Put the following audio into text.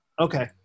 Okay